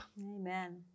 Amen